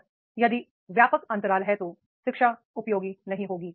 और यदि व्यापक अंतराल है तो शिक्षा उपयोगी नहीं होगी